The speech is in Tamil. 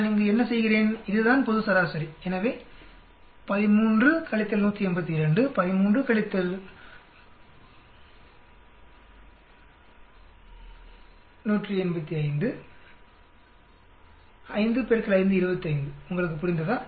நான் இங்கு என்ன செய்கிறேன் இதுதான் பொது சராசரி எனவே 13 182 13 18 5 5 x 5 25 உங்களுக்கு புரிந்ததா